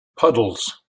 puddles